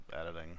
editing